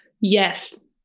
Yes